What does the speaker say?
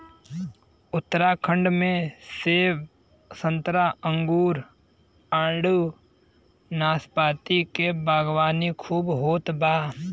उत्तराखंड में सेब संतरा अंगूर आडू नाशपाती के बागवानी खूब होत बा